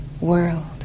world